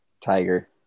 tiger